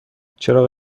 چراغ